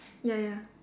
ya ya